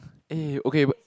eh okay